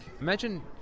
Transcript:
Imagine